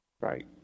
Right